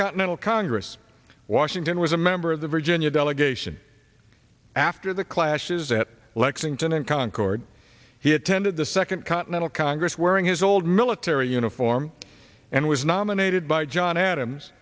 continental congress washington was a member of the virginia delegation after the clashes at lexington and concord he attended the second continental congress wearing his old military uniform and was nominated by john adams